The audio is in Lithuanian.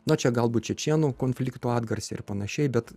nu čia galbūt čečėnų konfliktų atgarsiai ir panašiai bet